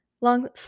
long